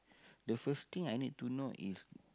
the first thing I need to know is